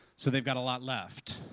so they've got a lot left.